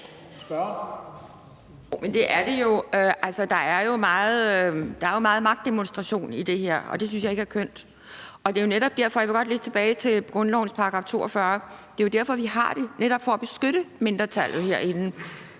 der er meget magtdemonstration i det her, og det synes jeg ikke er kønt. Jeg vil godt lige tilbage til grundlovens § 42. Det er jo derfor, vi har den paragraf, altså netop for at beskytte mindretallet herinde,